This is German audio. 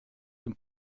dem